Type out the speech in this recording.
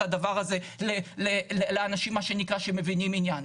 הדבר הזה לאנשים מה שנקרא שמבינים עניין.